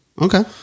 Okay